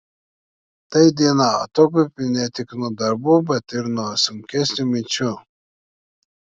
tai diena atokvėpiui ne tik nuo darbų bet ir nuo sunkesnių minčių